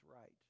right